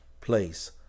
place